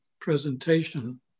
presentation